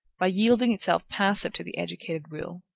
by yielding itself passive to the educated will.